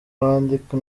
wandika